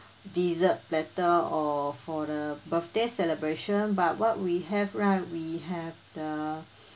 dessert platter or for the birthday celebration but what we have right we have the